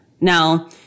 Now